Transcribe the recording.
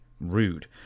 Rude